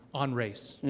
on race?